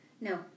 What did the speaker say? No